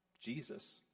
Jesus